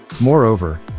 Moreover